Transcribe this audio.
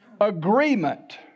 agreement